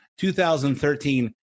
2013